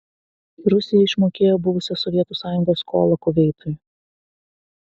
rusija išmokėjo buvusios sovietų sąjungos skolą kuveitui